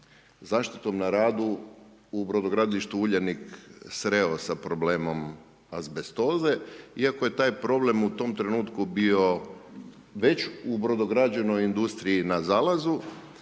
zaštitom na radu u brodogradilištu Uljanik sreo sa problemom azbestoze, iako je tak problem u to vrijeme već bio u brodograđevnoj industriji na zalazu,